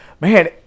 man